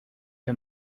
que